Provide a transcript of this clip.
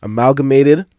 Amalgamated